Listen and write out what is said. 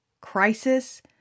crisis